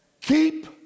Keep